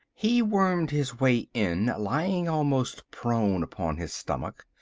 he wormed his way in, lying almost prone upon his stomach,